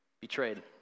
betrayed